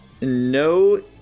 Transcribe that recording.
No